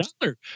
dollar